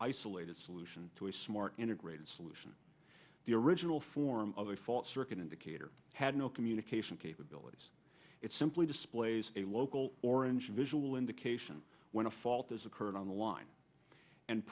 isolated solution to a smart integrated solution the original form of a fault circuit indicator had no communication capabilities it simply displays a local orange visual indication when a fault is occurring on the line and